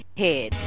head